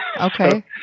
Okay